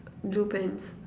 blue pants